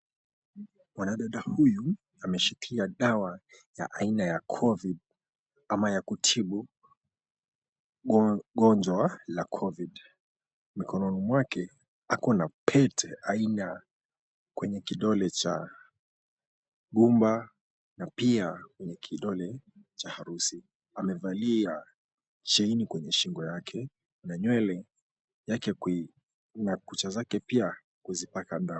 Mwanadada huyu ameshikilia dawa ya aina ya covid ama ya kutibu gonjwa la covid . Mkononi mwako ako na pete aina kwenye kidole cha gumba na pia kwenye kidole cha harusi. Amevalia chain kwenye shingo yake na nywele yake kui..., na kucha zake pia kuzipaka dawa.